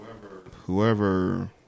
whoever